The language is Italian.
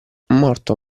morto